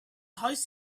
hoist